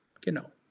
genau